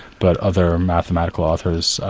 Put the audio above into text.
but other mathematical authors,